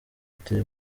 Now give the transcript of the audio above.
ati